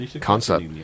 concept